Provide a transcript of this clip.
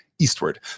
eastward